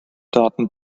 daten